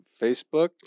facebook